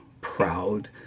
proud